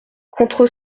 contre